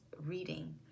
reading